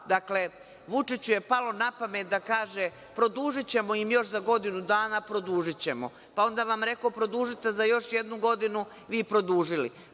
dakle Vučiću je palo na pamet da kaže produžićemo im još za godinu dana. Pa onda vam je rekao produžite za još jednu godinu, vi produžili.